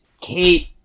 Kate